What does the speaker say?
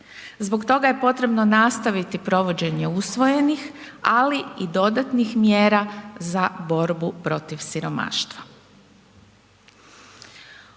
Zbog toga je potrebno nastaviti provođenje usvojenih ali i dodatnih mjera za borbu protiv siromaštva.